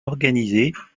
organisées